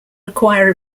require